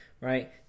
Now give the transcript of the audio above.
right